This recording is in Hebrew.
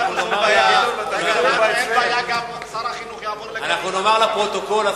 אנחנו נאמר לפרוטוקול,